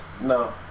No